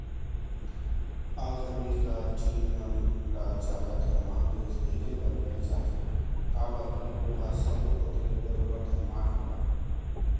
आज अमेरिका चीन मन ल जादा धनवान देस एकरे बर कहे जाथे काबर के ओहा सब्बो कोती ले बरोबर धनवान हवय